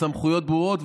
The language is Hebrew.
וסמכויות ברורות,